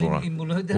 אבל אם הוא לא יודע.